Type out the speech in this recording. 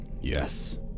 Yes